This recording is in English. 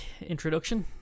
introduction